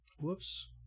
Whoops